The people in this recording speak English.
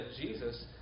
Jesus